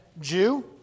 Jew